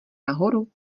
nahoru